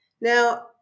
Now